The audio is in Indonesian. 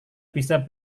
bisa